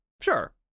sure